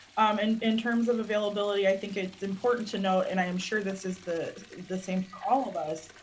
and in terms of availability, i think it's important to note and i am sure this is the the same for all of us,